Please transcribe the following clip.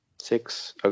Six